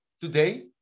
today